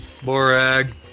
Borag